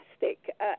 fantastic